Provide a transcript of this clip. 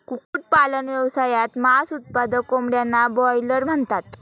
कुक्कुटपालन व्यवसायात, मांस उत्पादक कोंबड्यांना ब्रॉयलर म्हणतात